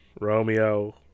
Romeo